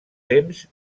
temps